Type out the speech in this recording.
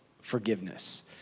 forgiveness